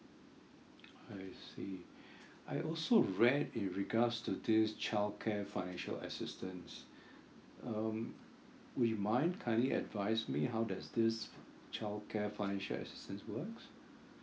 I see I also read in regards to this childcare financial assistance um would you mind kindly advise me how does this childcare financial assistance works